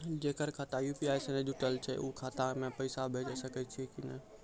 जेकर खाता यु.पी.आई से नैय जुटल छै उ खाता मे पैसा भेज सकै छियै कि नै?